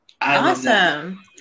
Awesome